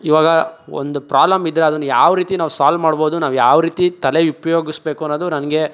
ಇವಾಗ ಒಂದು ಪ್ರಾಲಮ್ ಇದ್ದರೆ ಅದನ್ನ ಯಾವ ರೀತಿ ನಾವು ಸಾಲ್ವ್ ಮಾಡ್ಬೋದು ನಾವ ಯಾವ ರೀತಿ ತಲೆ ಉಪ್ಯೋಗಿಸ್ಬೇಕು ಅನ್ನೋದು ನನಗೆ